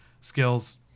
skills